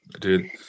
dude